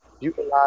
utilize